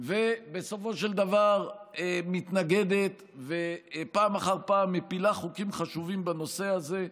ובסופו של דבר מתנגדת ופעם אחר פעם מפילה חוקים חשובים בנושא הזה.